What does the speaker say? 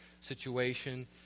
situation